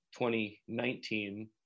2019